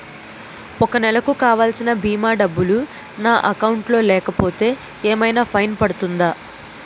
ఒక నెలకు కావాల్సిన భీమా డబ్బులు నా అకౌంట్ లో లేకపోతే ఏమైనా ఫైన్ పడుతుందా?